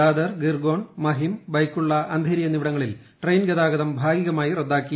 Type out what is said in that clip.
ദാദർ ഗിർഗോൺ മഹിം ബൈക്കുള്ള അന്ധേരി എന്നിവിടങ്ങളിൽ ട്രെയിൻ ഗതാഗതം ഭാഗികമായി റദ്ദാക്കി